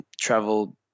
travel